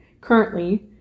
currently